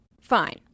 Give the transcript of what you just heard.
fine